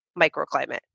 microclimate